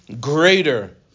greater